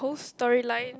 whole story line